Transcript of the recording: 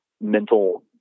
mental